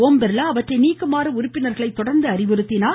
ஓம்பிர்லா அவற்றை நீக்குமாறு உறுப்பினர்களை தொடர்ந்து அறிவுறுத்தினார்